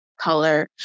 color